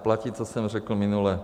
Platí, co jsem řekl minule.